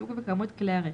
סוג וכמות כלי הרכב,